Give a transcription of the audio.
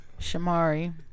Shamari